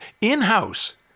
in-house